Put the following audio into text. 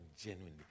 genuinely